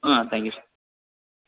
ah thank you sir